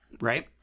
Right